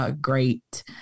great